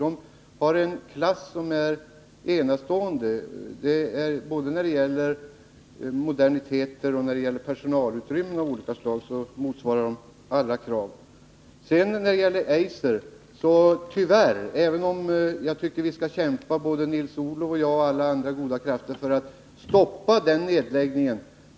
De håller en klass som är enastående — både när det gäller moderniteter och när det gäller personalutrymmen av olika slag motsvarar de alla krav. När det gäller Eiser tycker jag att vi skall kämpa, både Nils-Olof Grönhagen och jag och alla andra goda krafter, för att stoppa nedläggningen.